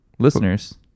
Listeners